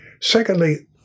Secondly